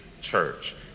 church